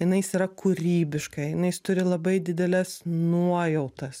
jinais yra kūrybiška jinais turi labai dideles nuojautas